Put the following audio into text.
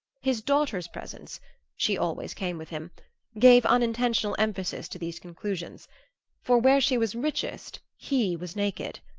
his daughter's presence she always came with him gave unintentional emphasis to these conclusions for where she was richest he was naked.